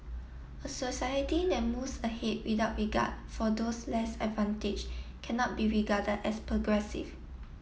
a society that moves ahead without regard for those less advantaged cannot be regarded as progressive